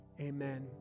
Amen